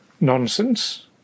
nonsense